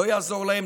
זה לא יעזור להם,